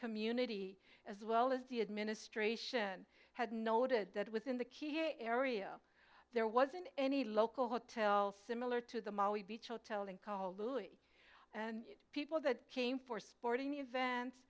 community as well as the administration had noted that within the key area there wasn't any local hotel similar to the maui beach hotel and call louis and people that came for sporting events